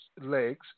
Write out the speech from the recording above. legs